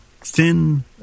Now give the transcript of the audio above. thin